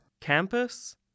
Campus